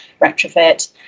retrofit